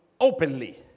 openly